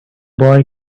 boy